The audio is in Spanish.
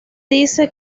dice